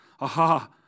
Aha